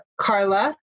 Carla